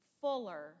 fuller